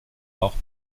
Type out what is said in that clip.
auch